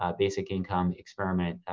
ah basic income experiment,